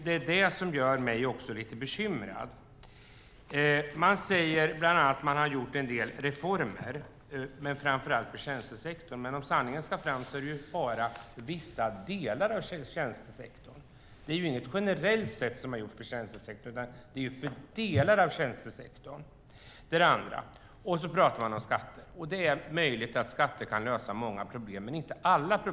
Det är det som gör mig lite bekymrad. Man säger bland annat att man har gjort en del reformer, framför allt inom tjänstesektorn. Men om sanningen ska fram gäller det bara vissa delar av tjänstesektorn. Det har inte gjorts något generellt för tjänstesektorn. Och så pratar man om skatter. Det är möjligt att skatter kan lösa många problem, men inte alla.